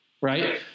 right